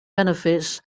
benefits